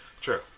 True